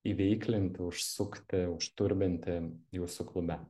įveiklinti užsukti užturbinti jūsų klube